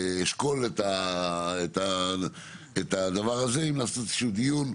אשקול את הדבר הזה אם נעשה איזה שהוא דיון,